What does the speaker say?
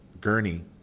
Gurney